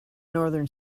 northern